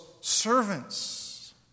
servants